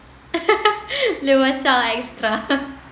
lain macam extra